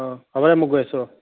অঁ হ'ব দে মই গৈ আছো অঁ